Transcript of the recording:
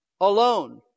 alone